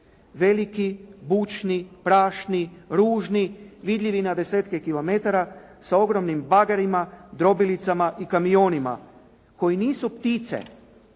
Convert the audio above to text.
veliki, bučni, prašni, ružni, vidljivi na desetke kilometara sa ogromnim bagerima, drobilicama i kamionima koji nisu ptice,